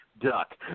duck